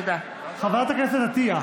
חברת הכנסת עטייה.